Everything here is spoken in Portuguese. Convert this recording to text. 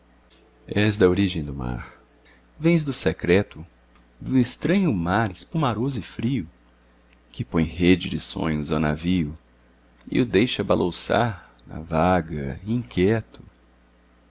eucaliptus és da origem do mar vens do secreto do estranho mar espumaroso e frio que põe rede de sonhos ao navio e o deixa balouçar na vaga inquieto